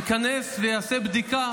ייכנס ויעשה בדיקה,